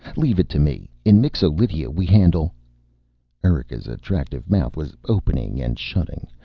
leave it to me. in mixo-lydia we handle erika's attractive mouth was opening and shutting,